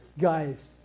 Guys